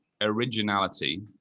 originality